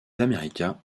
américains